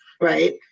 right